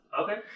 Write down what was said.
Okay